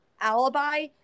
alibi